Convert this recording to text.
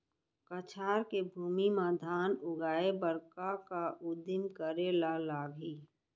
कछार के भूमि मा धान उगाए बर का का उदिम करे ला लागही?